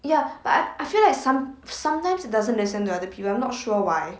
ya but I I feel like some~ sometimes it doesn't listen to other people I'm not sure why